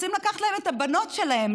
רוצים לקחת להן את הבנות שלהן.